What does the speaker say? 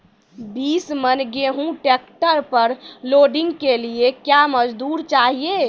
बीस मन गेहूँ ट्रैक्टर पर लोडिंग के लिए क्या मजदूर चाहिए?